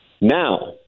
Now